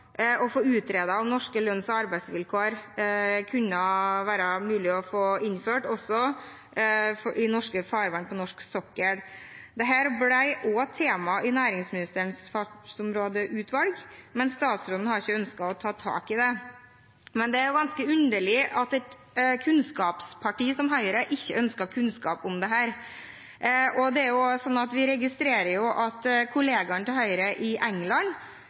kunne være mulig å få innført norske lønns- og arbeidsvilkår også i norske farvann og på norsk sokkel. Dette ble også tema i næringsministerens fartsområdeutvalg, men statsråden har ikke ønsket å ta tak i det. Det er ganske underlig at et kunnskapsparti som Høyre ikke ønsker kunnskap om dette. Vi registrerer at kollegaen til Høyre i England